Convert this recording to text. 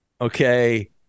okay